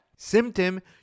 Symptom